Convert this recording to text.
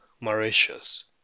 Mauritius